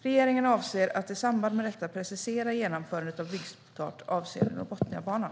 Regeringen avser att i samband med detta precisera genomförandet av byggstart avseende Norrbotniabanan.